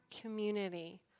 community